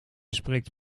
spreekt